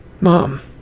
Mom